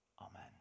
Amen